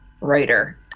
writer